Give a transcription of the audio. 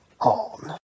on